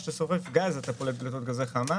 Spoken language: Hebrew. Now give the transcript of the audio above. וכשאתה שורף גז אתה פולט פליטות גזי חממה